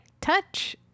touch